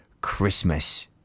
Christmas